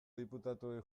diputatuei